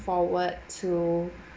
forward to